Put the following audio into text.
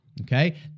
okay